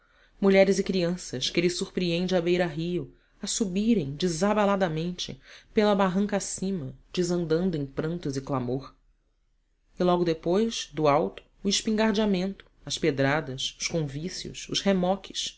mulheres e crianças que ele surpreende à beira do rio a subirem desabaladamente pela barranca acima desandando em prantos e clamores e logo depois do alto o espingardeamento as pedradas os convícios os remoques